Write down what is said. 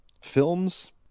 films